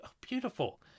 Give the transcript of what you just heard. Beautiful